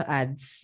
ads